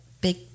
big